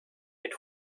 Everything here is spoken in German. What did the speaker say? mit